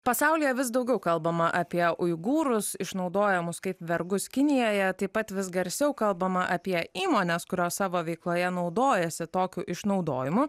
pasaulyje vis daugiau kalbama apie uigūrus išnaudojamus kaip vergus kinijoje taip pat vis garsiau kalbama apie įmones kurios savo veikloje naudojasi tokiu išnaudojimu